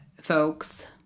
folks